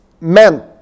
meant